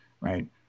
Right